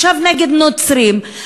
ועכשיו נגד נוצרים,